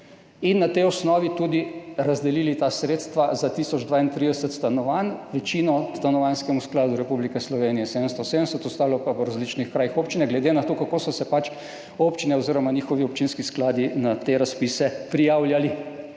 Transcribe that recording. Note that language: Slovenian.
in na tej osnovi tudi razdelili ta sredstva za tisoč 32 stanovanj, večino Stanovanjskemu skladu Republike Slovenije – 770, ostalo pa po različnih krajih občine, glede na to, kako so se pač občine oziroma njihovi občinski skladi prijavljali